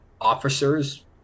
officers